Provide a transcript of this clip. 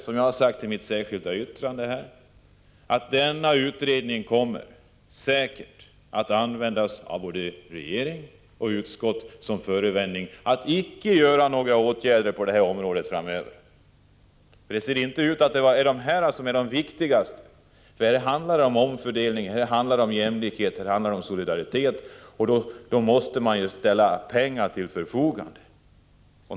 Som jag har sagt i mitt särskilda yttrande kommer denna utredning säkert att användas av både regeringen och utskottet som en förevändning för att inte vidta några åtgärder på det här området framöver. De här frågorna ser inte ut att vara de viktigaste — här handlar det om omfördelning, jämlikhet och solidaritet, och då måste pengar ställas till förfogande.